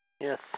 Yes